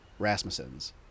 Rasmussens